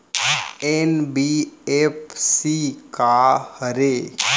NBFC का हरे?